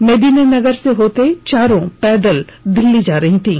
मेदिनीनगर से होते चारों पैदल दिल्ली जा रही थीं